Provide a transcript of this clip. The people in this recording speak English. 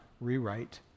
rewrite